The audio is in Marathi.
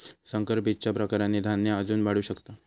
संकर बीजच्या प्रकारांनी धान्य अजून वाढू शकता